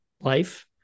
life